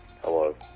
Hello